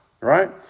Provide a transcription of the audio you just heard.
right